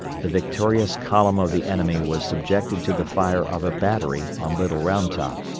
the victorious column of the enemy was subjected to the fire of a battery on little round top,